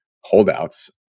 holdouts